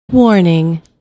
Warning